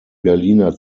berliner